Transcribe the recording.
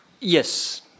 Yes